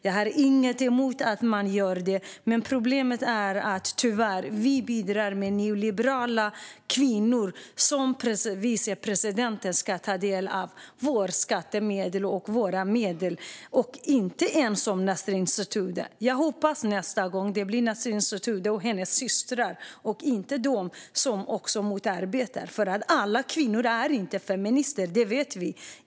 Jag har inget emot att man gör det, men problemet är att vi tyvärr bidrar med pengar, våra skattemedel, till neoliberala kvinnor som vicepresidenten och inte till kvinnor som Nasrin Sotoudeh. Jag hoppas att det blir Nasrin Sotoudeh och hennes systrar nästa gång och inte de som motarbetar dem. Alla kvinnor är inte feminister, det vet vi.